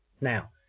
Now